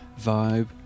vibe